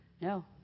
No